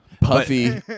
Puffy